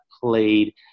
played